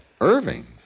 Irving